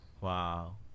Wow